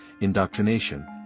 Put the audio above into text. indoctrination